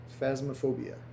Phasmophobia